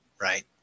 right